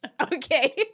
okay